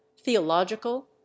theological